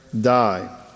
die